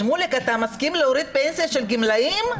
שמוליק, אתה מסכים להוריד פנסיה של גמלאים?